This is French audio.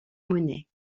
monnaie